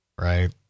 Right